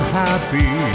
happy